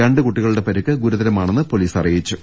രണ്ട് കുട്ടികളുടെ പരിക്ക് ഗുരുതരമാണെന്ന് പൊലീസ് അറിയിച്ചു